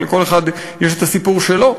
ולכל אחד יש את הסיפור שלו,